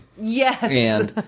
yes